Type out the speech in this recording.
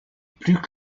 plus